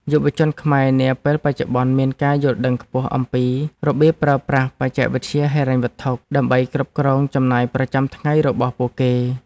យុវជនខ្មែរនាពេលបច្ចុប្បន្នមានការយល់ដឹងខ្ពស់អំពីរបៀបប្រើប្រាស់បច្ចេកវិទ្យាហិរញ្ញវត្ថុ ដើម្បីគ្រប់គ្រងចំណាយប្រចាំថ្ងៃរបស់ពួកគេ។